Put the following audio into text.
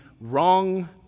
wrong